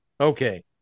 Okay